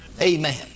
Amen